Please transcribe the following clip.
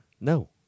No